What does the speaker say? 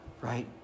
right